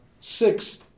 six